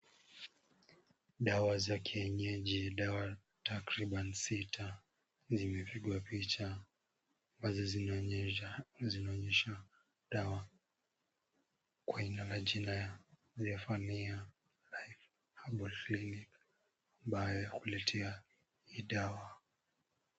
Dawa za kienyeji. Dawa takriban sita zimepigwa picha. Kwanza zinaonyesha dawa kwa aina jina la Zephania Life Herbal Clinic ambayo amekuletea hii dawa.